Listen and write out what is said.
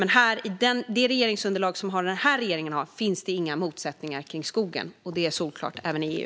I vårt regeringsunderlag finns det inga motsättningar när det gäller skogen, och det är solklart även i EU.